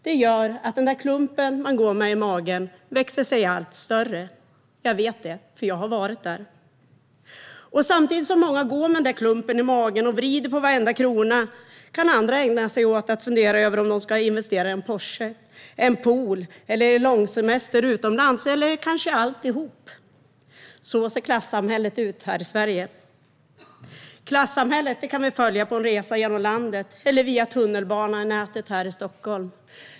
Det gör att klumpen man går med i magen växer sig allt större. Jag vet det, för jag har varit där. Samtidigt som många går med klumpen i magen och vänder på varenda krona kan andra ägna sig åt att fundera över om de ska investera i en Porsche, en pool eller en långsemester utomlands, eller kanske alltihop. Så ser klassamhället ut här i Sverige. Klassamhället kan vi följa på en resa genom landet eller via tunnelbanenätet här i Stockholm.